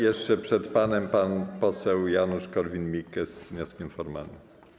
Jeszcze przed panem pan poseł Janusz Korwin-Mikke z wnioskiem formalnym.